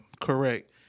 Correct